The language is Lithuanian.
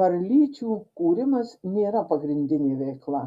varlyčių kūrimas nėra pagrindinė veikla